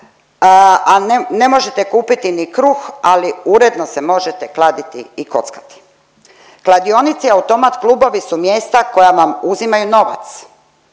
ne možete kupiti ni kruh, ali uredno se možete kladiti i kockati. Kladionice i automat klubovi su mjesta koja vam uzimaju novac,